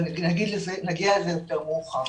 ונגיע לזה יותר מאוחר.